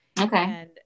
Okay